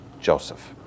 Joseph